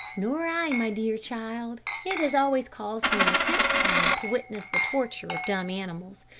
nor i, my dear child. it has always caused me intense pain to witness the torture of dumb animals.